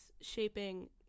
shaping